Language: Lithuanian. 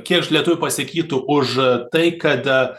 kiek lietuvių pasakytų už tai kad